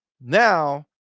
now